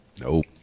Nope